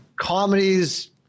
Comedies